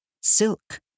Silk